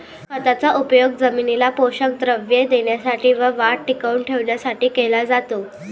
खताचा उपयोग जमिनीला पोषक द्रव्ये देण्यासाठी व वाढ टिकवून ठेवण्यासाठी केला जातो